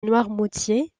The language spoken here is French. noirmoutier